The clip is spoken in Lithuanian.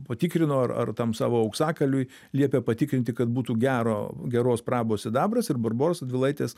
patikrino ar ar tam savo auksakaliui liepė patikrinti kad būtų gero geros prabos sidabras ir barboros radvilaitės